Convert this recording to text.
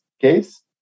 case